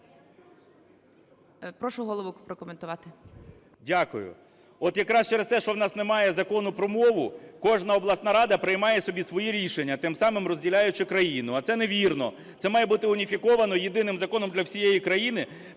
Прошу голову прокоментувати. 11:12:00 КНЯЖИЦЬКИЙ М.Л. Дякую. От якраз через те, що в нас немає Закону про мову, кожна обласна рада приймає собі свої рішення, тим самим розділяючи країну, а це невірно. Це має бути уніфіковано єдиним законом для всієї країни,